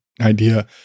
idea